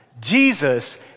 Jesus